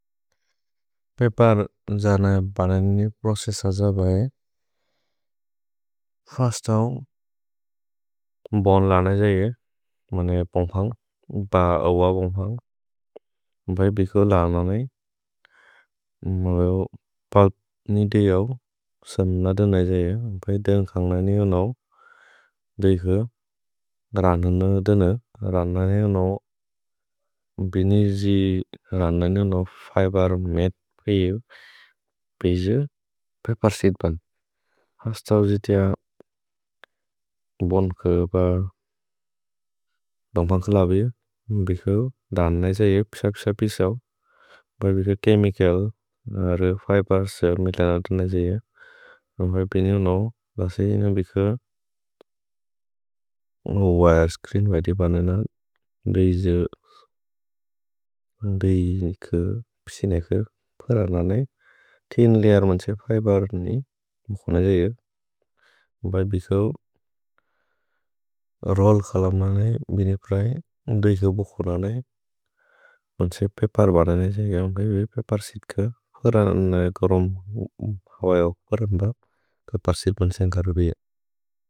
पएपार् जान बननि प्रोक्सिस् अज बए। फास् दाव्, बोन् लान जैये। मने पोन्ग्फन्ग्, ब अव पोन्ग्फन्ग्। भए बिकु लान नेइ। मवेओ, पल्प् नि देअव्। सम् न दन जैये। भए देन्ग् खान्ग् ननियो नव्। देख, रान न दन। रान ननियो नव्। भेनेजि रान नियो नव्। फैपार् मेइत् पिजु। पिजु। पएपार् सीत् बन्। हास् दाव् जितिअ। भोन् के ब पोन्ग्फन्ग् के लबिअ। भिकु, दन नै जैये। पिसौ पिसौ पिसौ। भए बिकु केमिकल्। फैपार् सेल् मितेन तुनै जैये। फैपि नियो नव्। भसि नियो बिकु विरेस्च्रीन् बए दिपनेन। भिजु। न्दि निकि पिसिनेके। फैपार् ननियो। तिन् लियार् मन्से फैपार् नि। भुखुन जैये। भए बिकु रोल् कलम् ननियो। भिनि प्रै। न्दि निकि बुखुन ननियो। मन्से पएपार् बाद जैये। पएपार् सीत् के। फैपार् ननियो करोम्। हवएवो करोम् ब। पएपार् सीत् मन्सेन् करु बिअ।